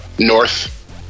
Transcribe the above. North